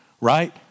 right